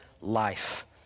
life